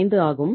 5 ஆகும்